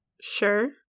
Sure